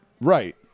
right